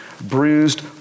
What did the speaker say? bruised